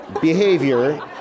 behavior